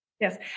Yes